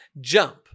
jump